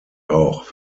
auch